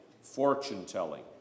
fortune-telling